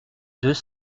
deux